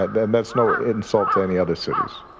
and that's no insult to any other cities.